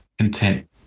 content